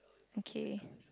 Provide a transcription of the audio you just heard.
okay